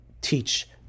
teach